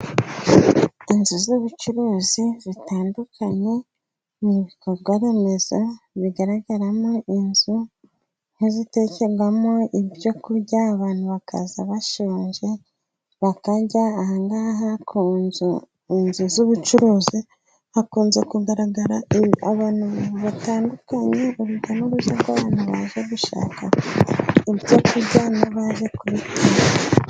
Inzu z'ubucuruzi zitandukanye ni ibikorwaremezo, bigaragaramo inzu nk'izitekerwamo ibyo kurya abantu bakaza bashonje, bakajya ahahangaha ku nzunze z'ubucuruzi hakunze kugaragara abantu batandukanye, urujya n'uruza rw'abantu baje gushaka ibyo kurya n'abaje kurya.